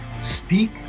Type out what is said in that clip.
speak